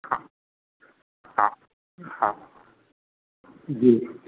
हा हा जी जी